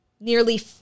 nearly